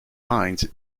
minds